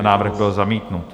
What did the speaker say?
Návrh byl zamítnut.